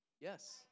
Yes